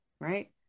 right